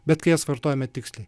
bet kai jas vartojame tiksliai